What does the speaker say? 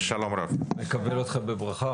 אני מקבל אתכם בברכה,